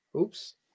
Oops